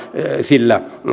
sillä